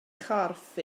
chorff